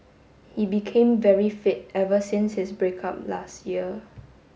he became very fit ever since his break up last year